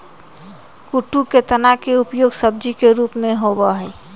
कुट्टू के तना के उपयोग सब्जी के रूप में होबा हई